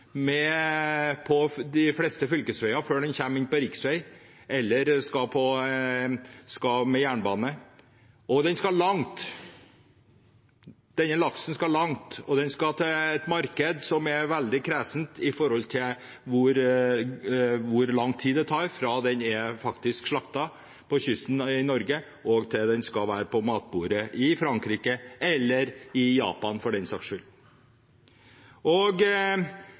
med på denne belønningsordningen. Venstre er svært opptatt av næringslivstransporten. Vi vet jo at laksen finnes langs kysten og fraktes på fylkesveier før den kommer over på riksveien eller jernbanen. Og den skal langt. Denne laksen skal langt, og den skal til et marked som er veldig kresent med hensyn til hvor lang tid det tar fra den er slaktet på kysten i Norge, til den skal være på matbordet i Frankrike – eller i Japan, for den saks skyld.